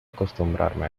acostumbrarme